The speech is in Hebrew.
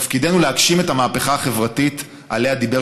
תפקידנו להגשים את המהפכה החברתית שעליה דיבר